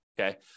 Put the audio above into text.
Okay